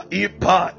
ipa